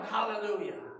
Hallelujah